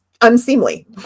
unseemly